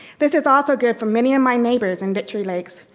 this is also good for many of my neighbors in victory lakes.